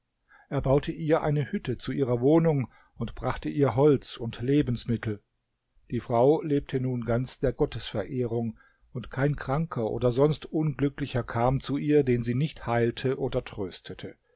baute ihr eine hütte zu ihrer wohnung und brachte ihr holz und lebensmittel die frau lebte nun ganz der gottesverehrung und kein kranker oder sonst unglücklicher kam zu ihr den sie nicht heilte oder tröstete